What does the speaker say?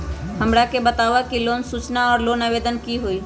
हमरा के बताव कि लोन सूचना और लोन आवेदन की होई?